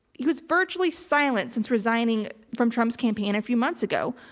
he was virtually silent since resigning from trump's campaign a few months ago,